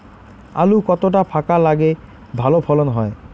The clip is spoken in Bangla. আলু কতটা ফাঁকা লাগে ভালো ফলন হয়?